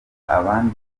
abandi